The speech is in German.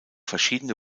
verschiedene